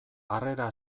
harrera